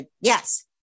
yes